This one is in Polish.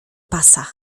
pasa